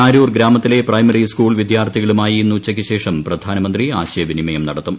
നാരൂർ ഗ്രാമത്തിലെ primary school വിദ്യാർത്ഥികളുമായി ഇന്ന് ഉച്ചയ്ക്ക്ശേഷം പ്രധാനമന്ത്രി ആശയവിനിമയം നടത്തും